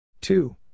Two